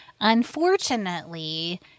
unfortunately